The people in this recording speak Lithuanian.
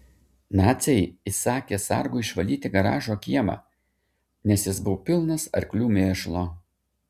naciai įsakė sargui išvalyti garažo kiemą nes jis buvo pilnas arklių mėšlo